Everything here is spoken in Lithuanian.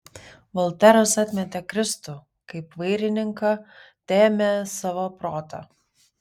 volteras atmetė kristų kaip vairininką teėmė savo protą